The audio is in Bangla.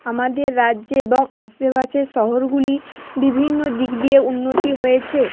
আমাদের রাজ্যে এবং আশেপাশের শহরগুলির বিভিন্ন দিক দিয়ে উন্নতি হয়েছে